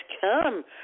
come